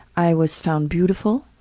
i was found beautiful,